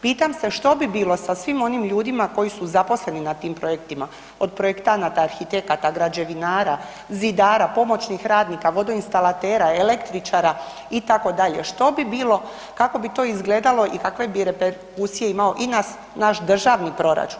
Pitam se što bi bilo sa svim onim ljudima koji su zaposleni na tim projektima, od projektanata, arhitekata, građevinara, zidara, pomoćnih radnika, vodoinstalatera, električara itd., što bi bilo, kako bi to izgledalo i kakve bi reperkusije imalo i na naš državni proračun?